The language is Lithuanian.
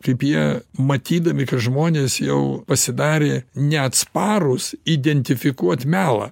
kaip jie matydami kad žmonės jau pasidarė neatsparūs identifikuot melą